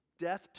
death